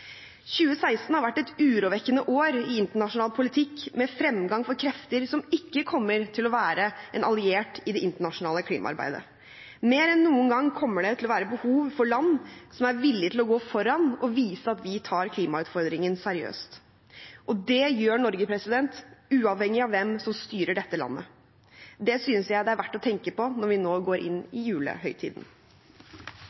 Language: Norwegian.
2016 har vært et urovekkende år i internasjonal politikk, med fremgang for krefter som ikke kommer til å være en alliert i det internasjonale klimaarbeidet. Mer enn noen gang kommer det til å være behov for land som er villige til å gå foran og vise at vi tar klimautfordringen seriøst – og det gjør Norge, uavhengig av hvem som styrer dette landet. Det synes jeg det er verdt å tenke på når vi nå går inn